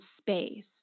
space